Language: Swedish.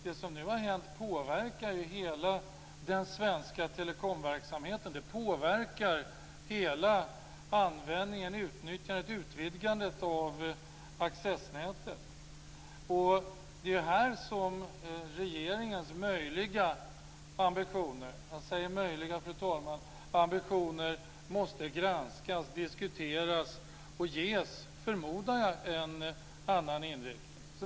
Det som nu har hänt påverkar ju hela den svenska telekomverksamheten. Det påverkar hela användningen, utnyttjandet och utvidgandet av accessnätet. Det är här som regeringens möjliga ambitioner - jag säger möjliga, fru talman - måste granskas, diskuteras och ges, förmodar jag, en annan inriktning.